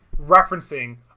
referencing